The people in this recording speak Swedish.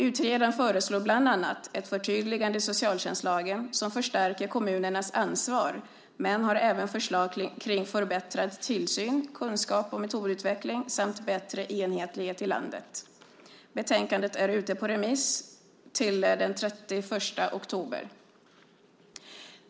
Utredaren föreslår bland annat ett förtydligande i socialtjänstlagen som förstärker kommunernas ansvar men har även förslag kring förbättrad tillsyn, kunskaps och metodutveckling samt bättre enhetlighet i landet. Betänkandet är ute på remiss till den 31 oktober.